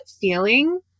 feeling